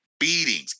Beatings